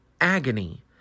agony